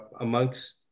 amongst